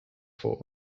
vor